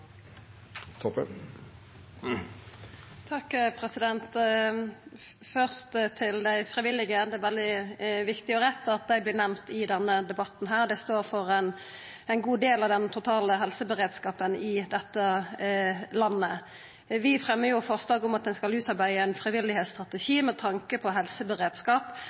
er veldig viktig og rett at dei vert nemnde i denne debatten, dei står for ein god del av den totale helseberedskapen i dette landet. Vi fremjar forslag om at ein skal utarbeida ein frivilligstrategi med tanke på helseberedskap.